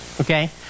Okay